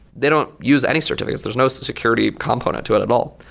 they don't use any certificates. there's no security component to it at all.